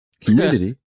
Community